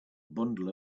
bundle